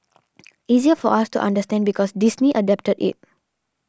easier for us to understand because Disney adapted it